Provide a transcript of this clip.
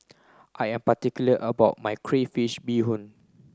I am particular about my crayfish beehoon